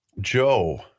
Joe